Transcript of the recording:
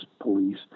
police